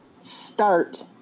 Start